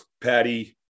Patty